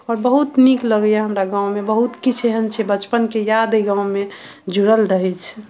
आओर बहुत नीक लगैया हमरा गाँव मे बहुत किछु एहन छै बचपन के याद ओहि गाँव मे जुड़ल रहै छै